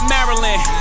Maryland